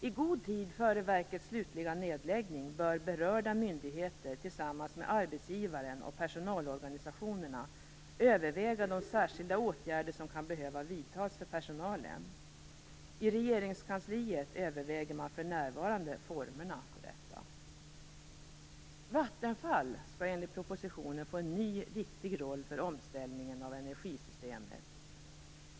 I god tid före verkets slutliga nedläggning bör berörda myndigheter tillsammans med arbetsgivaren och personalorganisationerna överväga de särskilda åtgärder som kan behöva vidtas för personalen. I Regeringskansliet överväger man för närvarande formerna för detta. Vattenfall skall enligt propositionen få en ny viktig roll för omställningen av energisystemet.